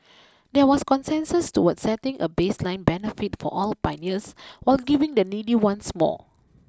there was consensus towards setting a baseline benefit for all pioneers while giving the needy ones more